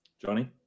Johnny